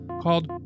called